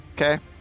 Okay